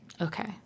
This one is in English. Okay